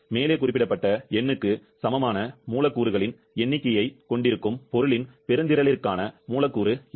மேலே குறிப்பிடப்பட்ட எண்ணுக்கு சமமான மூலக்கூறுகளின் எண்ணிக்கையைக் கொண்டிருக்கும் பொருளின் பெருந்திறலிற்கான மூலக்கூறு எடை